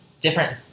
different